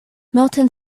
milton